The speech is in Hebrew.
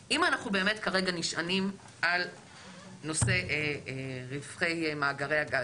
שאלה: אם אנחנו באמת נשענים כרגע על נושא רווחי מאגרי הגז,